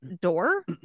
door